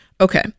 Okay